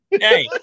Hey